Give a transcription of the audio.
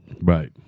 Right